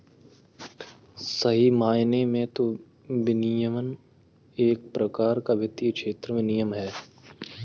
सही मायने में तो विनियमन एक प्रकार का वित्तीय क्षेत्र में नियम है